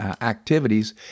activities